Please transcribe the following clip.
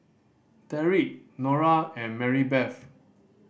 Derick Norah and Marybeth